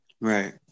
Right